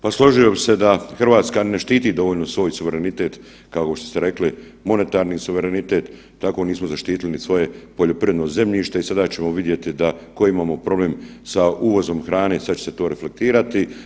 Pa složio bih se da Hrvatska ne štiti dovoljno svoj suverenitet kao što ste rekli monetarni suverenitet tako nismo zaštitili ni svoje poljoprivredno zemljište i sada ćemo vidjeti koji imamo problem sa uvozom hrane, sada će se to reflektirati.